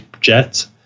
jet